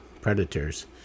predators